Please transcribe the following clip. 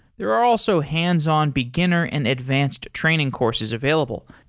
there are also hands-on beginner and advanced training courses available,